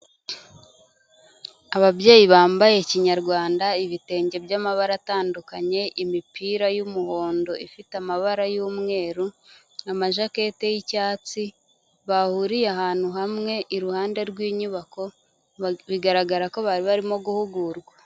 Ababyeyi bambaye ikinyarwanda ibitenge by'amabara atandukanye, imipira y'umuhondo ifite amabara y'umweru, ama jaketi y'icyatsi, bahuriye ahantu hamwe iruhande rw'inyubako bigaragara ko bari barimo guhugurwa.